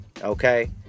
Okay